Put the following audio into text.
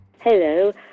Hello